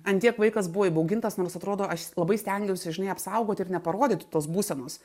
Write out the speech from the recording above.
ant tiek vaikas buvo įbaugintas nors atrodo aš labai stengiausi žinai apsaugoti ir neparodyti tos būsenos